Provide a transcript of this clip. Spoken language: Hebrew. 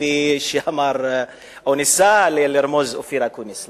כפי שאמר או ניסה לרמוז אופיר אקוניס.